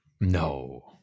No